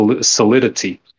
solidity